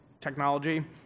technology